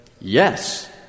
Yes